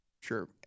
Sure